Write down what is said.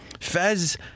Fez